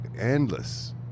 endless